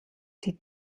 die